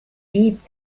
deep